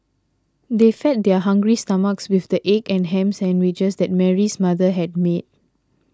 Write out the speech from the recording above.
they fed their hungry stomachs with the egg and ham sandwiches that Mary's mother had made